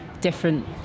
different